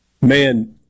Man